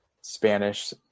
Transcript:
Spanish